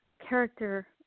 character